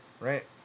Right